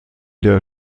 der